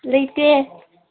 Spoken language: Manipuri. ꯂꯩꯇꯦ